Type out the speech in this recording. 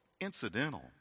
incidental